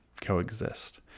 coexist